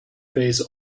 phase